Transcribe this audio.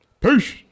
Peace